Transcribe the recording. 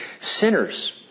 sinners